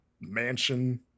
mansion